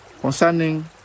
concerning